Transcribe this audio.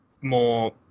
more